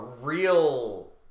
real